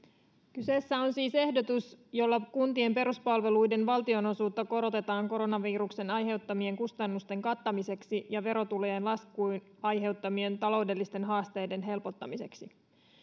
kyseessä on siis ehdotus jolla kuntien peruspalveluiden valtionosuutta korotetaan koronaviruksen aiheuttamien kustannusten kattamiseksi ja verotulojen laskun aiheuttamien taloudellisten haasteiden helpottamiseksi